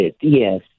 yes